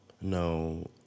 No